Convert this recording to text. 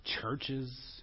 churches